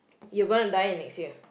you're going to die in next year